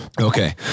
Okay